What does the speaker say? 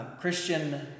Christian